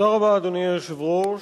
אדוני היושב-ראש,